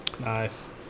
nice